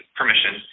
permission